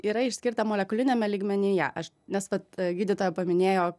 yra išskirta molekuliniame lygmenyje aš nes vat gydytoja paminėjo